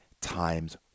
times